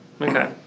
Okay